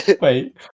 Wait